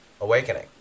awakening